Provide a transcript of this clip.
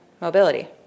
mobility